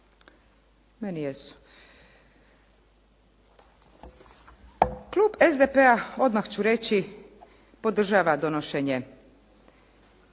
i kolege. Klub SDP-a, odmah ću reći, podržava donošenje